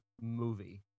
movie